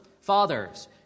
Fathers